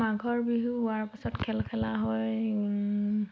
মাঘৰ বিহু হোৱাৰ পাছত খেল খেলা হয়